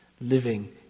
living